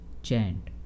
Chant –